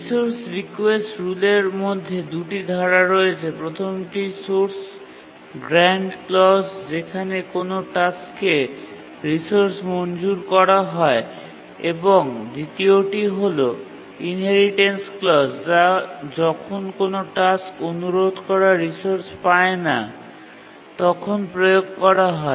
resource request রুলের মধ্যে দুটি ধারা রয়েছে প্রথমটি সোর্স গ্রান্ট ক্লজ যেখানে কোনও টাস্ককে রিসোর্স মঞ্জুর করা হয় এবং দ্বিতীয়টি হল ইনহেরিটেন্স ক্লজ যা যখন কোনও টাস্ক অনুরোধ করা রিসোর্স পায় না তখন প্রয়োগ করা হয়